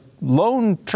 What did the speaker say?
loan